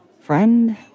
Friend